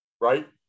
right